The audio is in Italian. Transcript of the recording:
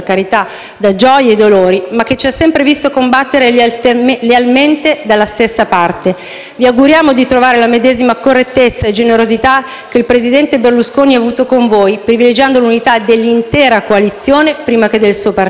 gioie e dolori, ma che ci ha sempre visto combattere lealmente dalla stessa parte. Vi auguriamo di trovare la medesima correttezza e generosità che il presidente Berlusconi ha avuto con voi, privilegiando l'unità dell'intera coalizione prima che del suo partito.